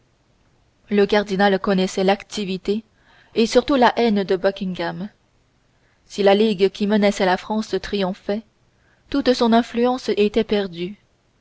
le cardinal connaissait l'activité et surtout la haine de buckingham si la ligue qui menaçait la france triomphait toute son influence était perdue